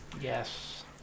Yes